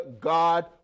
God